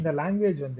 language